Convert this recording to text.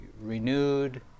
renewed